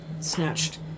snatched